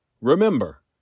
Remember